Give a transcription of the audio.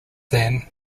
then